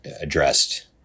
addressed